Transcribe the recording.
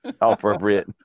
appropriate